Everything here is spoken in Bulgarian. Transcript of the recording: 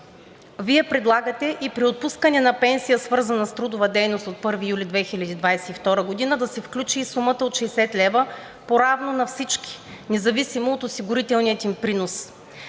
Вие предлагате при отпускането на пенсия, свързана с трудова дейност, от 1 юли 2022 г. да се включи и сумата от 60 лв. по равно на всички, независимо от осигурителния им принос.